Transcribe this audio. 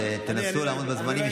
אז תנסו לעמוד בזמנים.